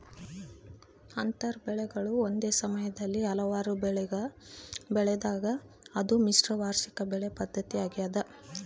ಅಂತರ ಬೆಳೆಗಳು ಒಂದೇ ಸಮಯದಲ್ಲಿ ಹಲವಾರು ಬೆಳೆಗ ಬೆಳೆಸಿದಾಗ ಅದು ಮಿಶ್ರ ವಾರ್ಷಿಕ ಬೆಳೆ ಪದ್ಧತಿ ಆಗ್ಯದ